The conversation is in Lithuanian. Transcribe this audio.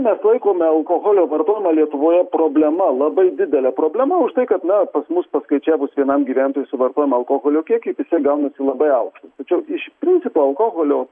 mes laikome alkoholio vartojimą lietuvoje problema labai didele problema už tai kad na pas mus paskaičiavus vienam gyventojui suvartojamo alkoholio kiekį jisai gaunasi labai aukštas tačiau iš principo alkoholio